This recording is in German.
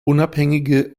unabhängige